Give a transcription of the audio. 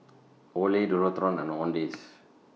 Olay Dualtron and Owndays